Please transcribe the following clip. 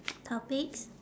topics